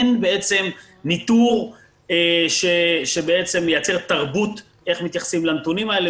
אין ניטור שייצר תרבות איך מתייחסים לנתונים האלה.